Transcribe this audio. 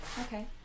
okay